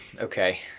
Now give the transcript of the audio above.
Okay